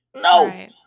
No